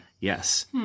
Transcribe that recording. yes